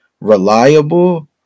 reliable